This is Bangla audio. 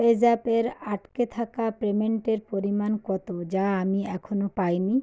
পেজ্যাপের আটকে থাকা পেমেন্টের পরিমাণ কত যা আমি এখনও পাই নি